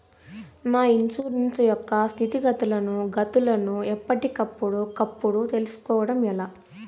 నా ఇన్సూరెన్సు యొక్క స్థితిగతులను గతులను ఎప్పటికప్పుడు కప్పుడు తెలుస్కోవడం ఎలా?